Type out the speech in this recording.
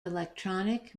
electronic